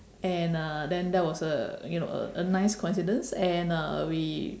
and uh then that was a you know a a nice coincidence and uh we